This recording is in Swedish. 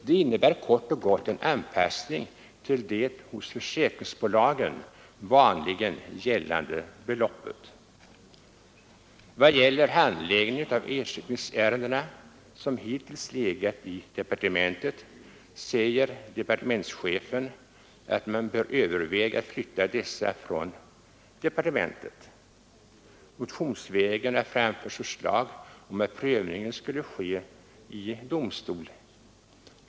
Det innebär kort och gott en anpassning till det hos försäkringsbolagen vanligen gällande beloppet. I vad gäller handläggningen av ersättningsärenden, som hittills legat i departementet, säger departementschefen att man bör överväga att flytta dessa från departementet. Motionsvägen har framförts förslag om att prövningen skulle ske i domstol.